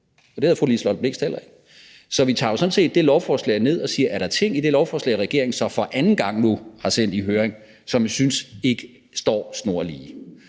og det havde fru Liselott Blixt heller ikke. Så vi tager jo sådan set det lovforslag ned og ser på, om der er ting i det lovforslag, regeringen så for anden gang nu har sendt i høring, som vi synes ikke står snorlige.